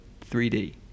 3D